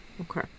Okay